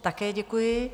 Také děkuji.